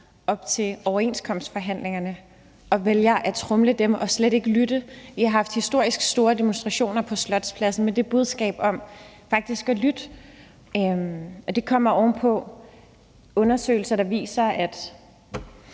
op til overenskomstforhandlingerne. Man vælger at tromle dem og slet ikke lytte. Der har været historisk store demonstrationer på Slotspladsen med det budskab om faktisk at lytte. Og det kommer oven på undersøgelser, der viser, at